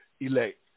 elect